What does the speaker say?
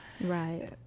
Right